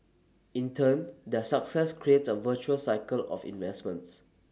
in turn their success creates A virtuous cycle of investments